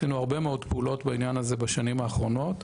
עשינו הרבה מאוד פעולות בעניין הזה בשנים האחרונות.